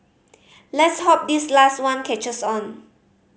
let's hope this last one catches on